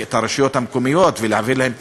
את הרשויות המקומיות ולהביא להן תקציבים,